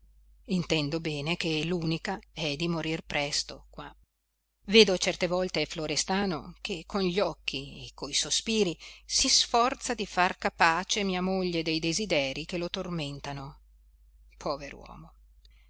intendo bene che l'unica è di morir presto qua vedo certe volte florestano che con gli occhi e coi sospiri si sforza di far capace mia moglie dei desiderii che lo tormentano pover'uomo